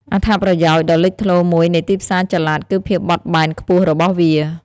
អត្ថប្រយោជន៍ដ៏លេចធ្លោមួយនៃទីផ្សារចល័តគឺភាពបត់បែនខ្ពស់របស់វា។